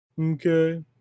okay